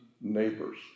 neighbors